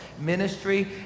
ministry